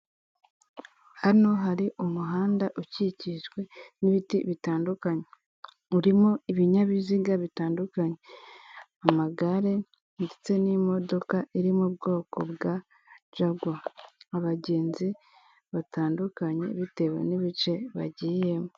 Hano hari umuhanda ukikijwe n'ibiti bitandukanye, urimo ibinyabiziga bitandukanye amagare ndetse n'imodoka iri mu bwoko bwa jagwa, abagenzi batandukanye bitewe n'ibice bagiyemo.